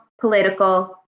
political